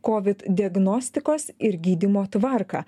kovid diagnostikos ir gydymo tvarką